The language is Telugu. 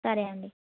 సరే అండి